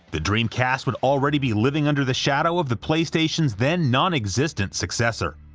the dreamcast would already be living under the shadow of the playstation's then non-existent successor.